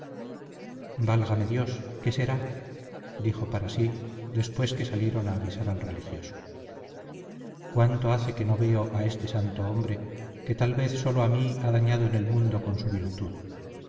tocaban válgame dios qué será dijo para sí después que salieron a avisar al religioso cuánto hace que no veo a este santo hombre que tal vez sólo a mí ha dañado en el mundo con su virtud